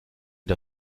der